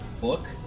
book